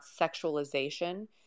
sexualization